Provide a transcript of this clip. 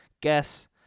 guess